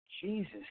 Jesus